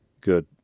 good